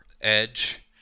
edge